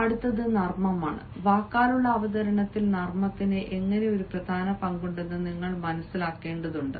അടുത്തത് നർമ്മമാണ് വാക്കാലുള്ള അവതരണത്തിൽ നർമ്മത്തിന് എങ്ങനെ ഒരു പ്രധാന പങ്കുണ്ടെന്ന് നിങ്ങൾ മനസിലാക്കേണ്ടതുണ്ട്